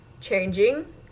changing